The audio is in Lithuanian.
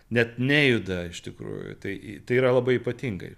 net nejuda iš tikrųjų tai yra labai ypatingai